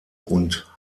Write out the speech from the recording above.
und